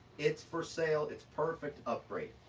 it's for sale, it's perfect upgrade.